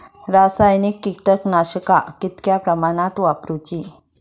रासायनिक कीटकनाशका कितक्या प्रमाणात वापरूची?